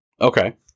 Okay